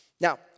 Now